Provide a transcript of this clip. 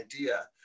idea